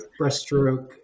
breaststroke